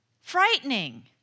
frightening